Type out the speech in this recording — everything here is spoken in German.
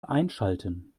einschalten